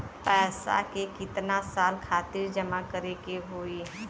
पैसा के कितना साल खातिर जमा करे के होइ?